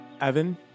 Evan